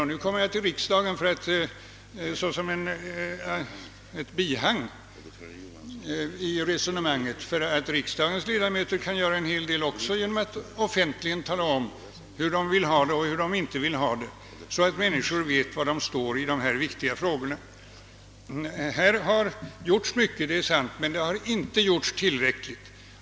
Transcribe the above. Jag tänker här också på riksdagen, såsom ett bihang i resonemanget, därför att riksdagens ledamöter kan göra en hel del genom att offentligt tala om hur de vill ha det och inte vill ha det, så att människor vet riksdagsmännens inställning i dessa viktiga frågor. Här har gjorts mycket, det är sant, men inte tillräckligt.